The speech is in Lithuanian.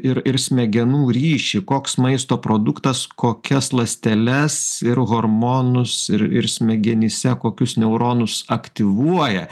ir ir smegenų ryšį koks maisto produktas kokias ląsteles ir hormonus ir ir smegenyse kokius neuronus aktyvuoja